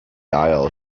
aisle